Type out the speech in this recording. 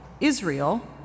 Israel